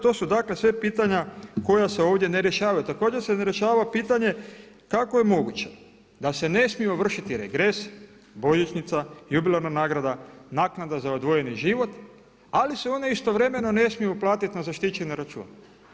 To su dakle sve pitanja koja se ovdje ne rješavaju, također se ne rješava pitanje kako je moguće da se ne smiju ovršiti regres, božićnica, jubilarna nagrada, naknada za odvojeni život ali se one istovremeno ne smiju uplatiti na zaštićeni račun.